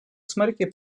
smarkiai